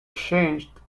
changed